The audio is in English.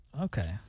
Okay